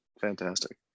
Fantastic